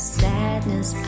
sadness